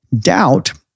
Doubt